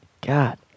god